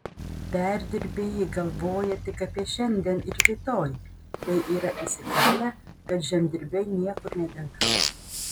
perdirbėjai galvoja tik apie šiandien ir rytoj bei yra įsikalę kad žemdirbiai niekur nedings